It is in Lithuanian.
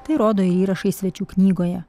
tai rodo įrašai svečių knygoje